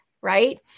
Right